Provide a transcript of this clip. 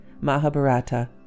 Mahabharata